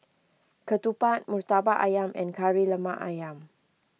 Ketupat Murtabak Ayam and Kari Lemak Ayam